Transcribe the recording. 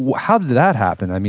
how did that happen?